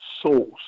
source